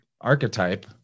archetype